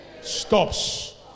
Stops